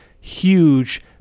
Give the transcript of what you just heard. huge